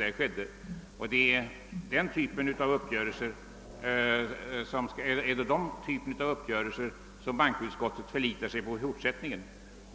Är det den typen av uppgörelser som bankoutskottet förlitar sig på även i fortsättningen,